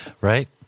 Right